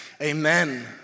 amen